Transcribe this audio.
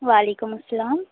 وعلیکم السّلام